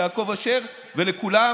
ליעקב אשר ולכולם.